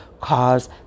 cause